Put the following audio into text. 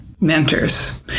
Mentors